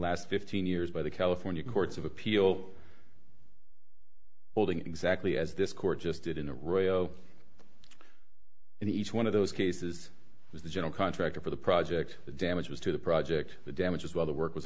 last fifteen years by the california courts of appeal holding exactly as this court just did in a royal and each one of those cases was the general contractor for the project the damage was to the project the damages while the work was